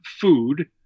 food